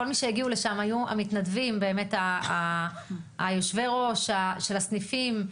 כל מי שהגיעו לשם היו המתנדבים באמת יושבי הראש של הסניפים,